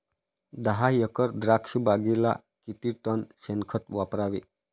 दहा एकर द्राक्षबागेला किती टन शेणखत वापरावे?